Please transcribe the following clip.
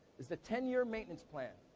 is the ten year maintenance plan.